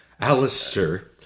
Alistair